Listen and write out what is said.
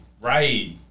right